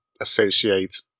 associate